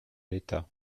l’état